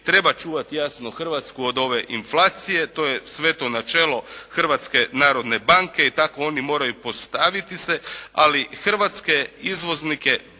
treba čuvati jasno Hrvatsku od ove inflacije, to je sveto načelo Hrvatske narodne banke i tako oni moraju postaviti se ali hrvatske izvoznike